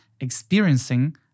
experiencing